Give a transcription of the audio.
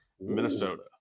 Minnesota